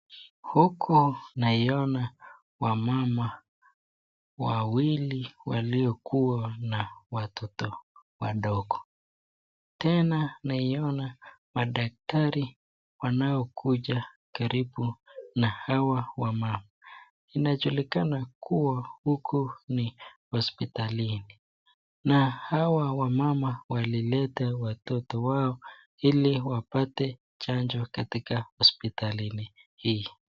Huku naiona wamama wawili waliokuwa na watoto wadogo tena nawaona madaktari wanaokuja karibu na hao wamama. Inajulikana kuwa huku ni hospitalini na hawa wamama walileta watoto wao ili wapate chanjo katika hospitali hii.